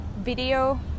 video